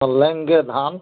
लेंगे धान